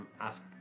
Ask